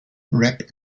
rap